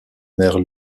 maire